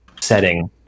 setting